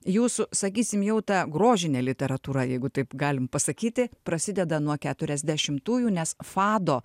jūsų sakysim jau tą grožinė literatūra jeigu taip galim pasakyti prasideda nuo keturiasdešimtųjų nes fado